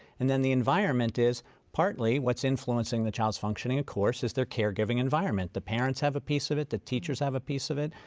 and then the environment is partly what's influencing the child's functioning of course is their caregiving environment. the parents have a piece of it, the teachers have a piece of it,